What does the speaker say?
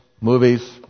movies